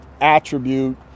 attribute